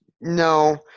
No